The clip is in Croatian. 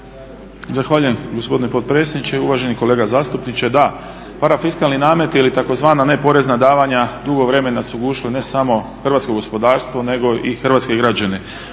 Zahvaljujem gospodine potpredsjedniče. Uvaženi kolega zastupniče. Da, parafiskalni nameti ili tzv. neporezna davanja dugo vremena su ušli ne samo u hrvatsko gospodarstvo nego i hrvatske građane.